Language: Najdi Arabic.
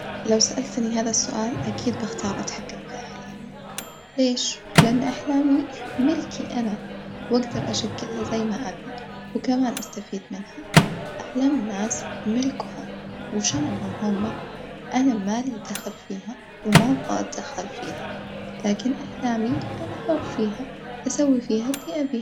لو سألتني هذا السؤال أكيد بختار أتحكم في أحلامي، ليش؟ لأن أحلامي ملكي أنا وأجدر أشكلها زي ما أبي وكمان أستفيد منها، أحلام الناس ملكهم وشأنهم هما أنا مالي دخل فيها وما أبغى أتدخل فيها، لكن أحلامي أنا حر فيها أسوي فيها اللي أبيه.